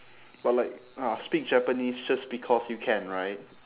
but like ah speak japanese just because you can right